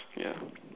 yeah